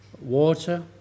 water